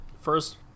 First